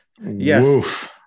Yes